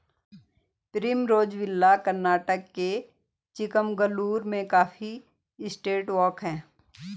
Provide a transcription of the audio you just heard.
Primrose Villa Karnataka के चिकमगलूर में coffee estate walk हैं